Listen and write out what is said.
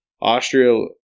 Austria